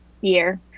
year